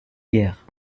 guerre